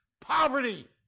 Poverty